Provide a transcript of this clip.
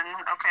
okay